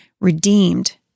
redeemed